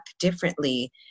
differently